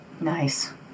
Nice